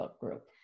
group